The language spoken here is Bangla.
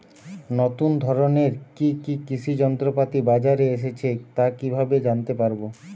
নতুন ধরনের কি কি কৃষি যন্ত্রপাতি বাজারে এসেছে তা কিভাবে জানতেপারব?